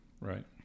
Right